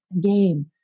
game